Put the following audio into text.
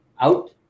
out